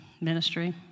ministry